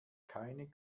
keine